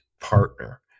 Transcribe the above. partner